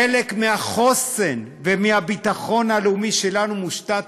חלק מהחוסן והביטחון הלאומי שלנו מושתת